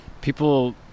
people